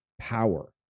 power